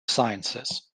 sciences